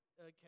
Okay